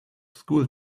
school